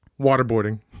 waterboarding